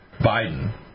Biden